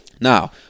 Now